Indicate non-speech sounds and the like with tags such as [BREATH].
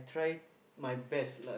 [BREATH]